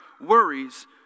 worries